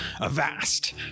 Avast